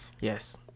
Yes